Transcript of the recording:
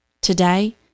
Today